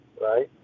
right